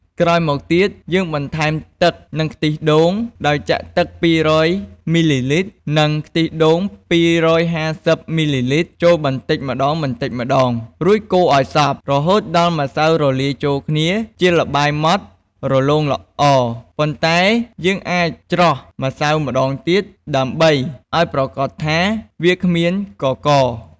ក្រោយមកទៀត យើងបន្ថែមទឹក និងខ្ទិះដូង ដោយចាក់ទឹក ២០០ មីលីលីត្រ និងខ្ទិះដូង ២៥០ មីលីលីត្រ ចូលបន្តិចម្ដងៗ រួចកូរឱ្យសព្វ រហូតដល់ម្សៅរលាយចូលគ្នាជាល្បាយម៉ដ្ដរលោងល្អ ប៉ុន្តែយើងអាចច្រោះម្សៅម្ដងទៀតដើម្បីឱ្យប្រាកដថាវាគ្មានកករ។